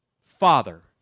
Father